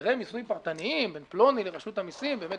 שבהסדרי מיסוי פרטניים בין פלוני לרשות המסים אין באמת